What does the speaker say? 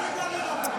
יש לי הרבה מה להגיד.